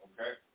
Okay